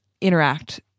interact